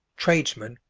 tradesmen,